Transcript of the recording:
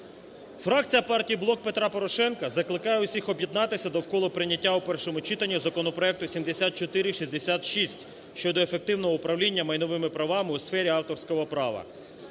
Фракція партії "Блок Петра Порошенка" закликає усіх об'єднатися довкола прийняття у першому читанні законопроекту 7466 щодо ефективного управління майновими правами у сфері авторського права.